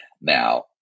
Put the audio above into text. Now